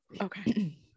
Okay